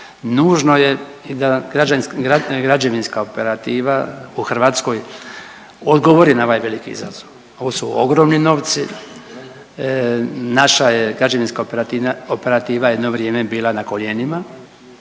Nužno je i da građevinska operativa u Hrvatskoj odgovori na ovaj veliki izazov. Ovo su ogromni novci, naša je građevinska operativa jedno vrijeme bila na koljenima,